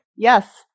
Yes